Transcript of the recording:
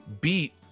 beat